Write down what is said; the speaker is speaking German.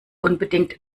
unbedingt